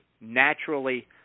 naturally